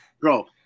bro